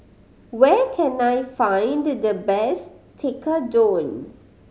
where can I find the best Tekkadon